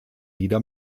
wieder